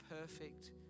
perfect